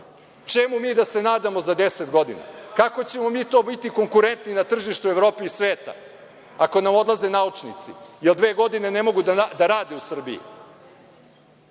Čemu da se nadamo za deset godina? Kako ćemo mi to biti konkurentni na tržištu Evrope i sveta, ako nam odlaze naučnici, jer dve godine ne mogu da rade u Srbiji?